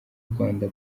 rwanda